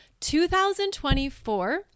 2024